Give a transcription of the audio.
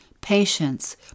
patience